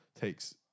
takes